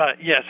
yes